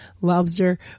lobster